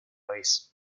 vez